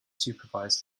supervise